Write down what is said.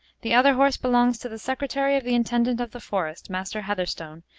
the other horse belongs to the secretary of the intendant of the forest, master heatherstone,